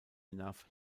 enough